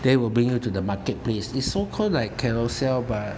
then will bring you to the marketplace is so called like Carousell but